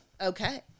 okay